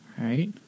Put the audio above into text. right